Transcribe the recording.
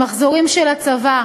במחזורים של הצבא,